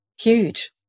huge